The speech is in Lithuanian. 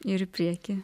ir į priekį